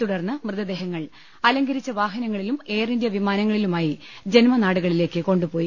തുടർന്ന് മൃതദേഹങ്ങൾ അലങ്കരിച്ച വാഹനങ്ങളിലും എയർ ഇന്ത്യാ വിമാനങ്ങളിലുമായി ജന്മനാടുകളിലേക്ക് കൊണ്ടുപോയി